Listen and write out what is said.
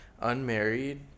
unmarried